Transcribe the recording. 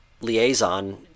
liaison